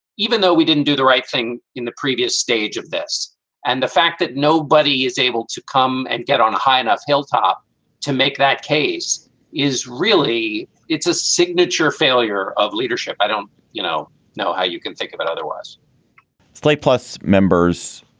even though we didn't do the right thing in the previous stage of this and the fact that nobody is able to come and get on a high enough scale top to make that case is really it's a signature failure of leadership i don't you know know how you can take it, but otherwise slate plus members,